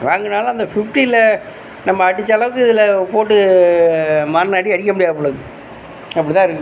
வாங்கினாலும் அந்த ஃபிப்டின்ல நம்ம்ம அடிச்சளவுக்கு இதில் போட்டு மரண அடி அடிக்க முடியாது போலருக்குது அப்படிதான் இருக்குது